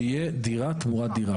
שיהיה דירה תמורת דירה.